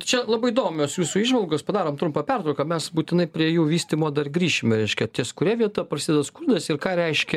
čia labai įdomios jūsų įžvalgos padarom trumpą pertrauką mes būtinai prie jų vystymo dar grįšim reiškia ties kuria vieta prasideda skundas ir ką reiškia